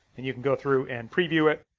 and you can go through and preview it.